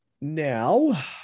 now